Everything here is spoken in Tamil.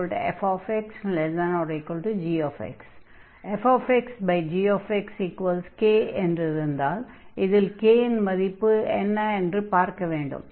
fg k என்றிருந்தால் இதில் k இன் மதிப்பு என்ன என்று பார்க்க வேண்டும்